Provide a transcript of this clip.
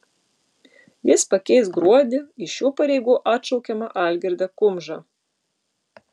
jis pakeis gruodį iš šių pareigų atšaukiamą algirdą kumžą